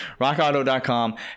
RockAuto.com